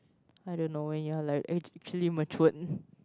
I don't know when you're like act~ actually matured